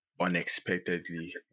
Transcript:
unexpectedly